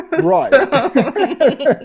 Right